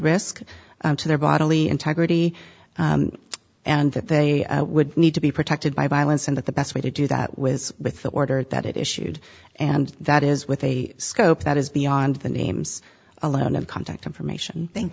risk to their bodily integrity and that they would need to be protected by violence and that the best way to do that with with the order that it issued and that is with a scope that is beyond the names a lot of contact information thank